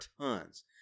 tons